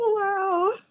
wow